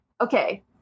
okay